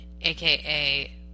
aka